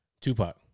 Tupac